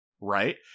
right